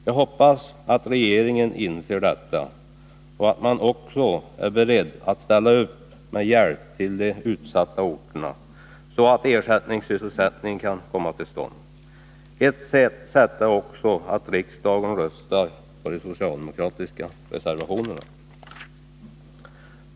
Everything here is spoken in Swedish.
Jag hoppas att regeringen inser detta och att den också är beredd att ställa upp med hjälp till de utsatta orterna, så att ersättningssysselsättning kan ordnas. Ett sätt är också att riksdagen röstar på de socialdemokratiska reservationerna.